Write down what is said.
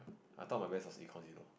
I thought my best was econs you know